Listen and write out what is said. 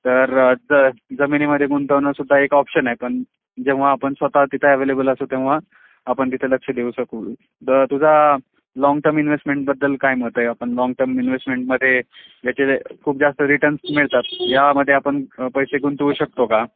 तर जर जमिनीमध्ये गुंतवणंसुद्धा एक ऑप्शन आहे पण जेव्हा आपण स्वतः तिथं ॲवेलेबल असू तेव्हा आपण तिथे लक्ष देऊ शकू तर तुझा लाँग टर्म इन्व्हेस्टमेंटबद्दल काय मत आहे आपण लाँग टर्म इन्व्हेस्टमेंटमध्ये ज्याचे खूप जास्त रिटर्न्स मिळतात यामध्ये आपण पैसे गुंतवू शकतो का